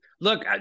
Look